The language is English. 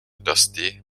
dusty